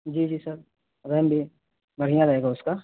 جی جی sir RAM بھی بڑھیا رہے گا اس کا